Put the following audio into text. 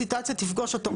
הסיטואציה תפגוש אותו.